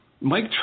Mike